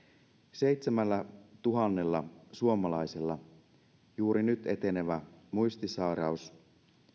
seitsemällätuhannella suomalaisella juuri nyt etenevä muistisairaus